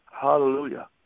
Hallelujah